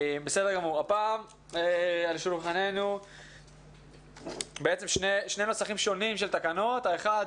הפעם על שולחננו שני נוסחים שונים של תקנות, האחד